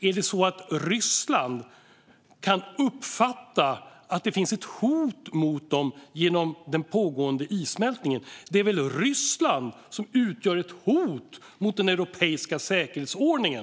Är det så att Ryssland kan uppfatta att det finns ett hot mot dem genom den pågående issmältningen? Det är väl Ryssland som utgör ett hot mot den europeiska säkerhetsordningen.